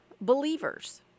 believers